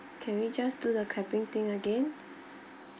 can we just do the clapping thing again